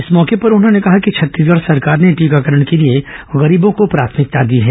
इस मौके पर उन्होंने कहा कि छत्तीसगढ़ सरकार ने टीकाकरण के लिए गरीबों को प्राथमिकता दी है